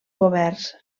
governs